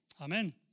Amen